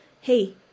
Hey